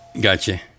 Gotcha